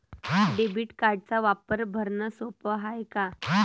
Debit कार्डचा वापर भरनं सोप हाय का?